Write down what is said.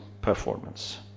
performance